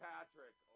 Patrick